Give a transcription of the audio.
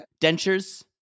Dentures